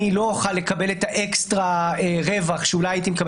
אני לא אוכל לקבל את האקסטרה רווח שאולי הייתי מקבל